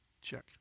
check